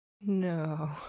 No